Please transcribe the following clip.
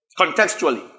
Contextually